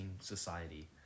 society